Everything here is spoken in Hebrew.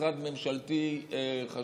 משרד ממשלתי חשוב,